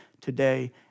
today